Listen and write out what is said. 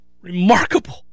remarkable